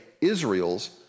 Israel's